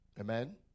Amen